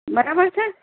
બરાબર છે